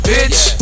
Bitch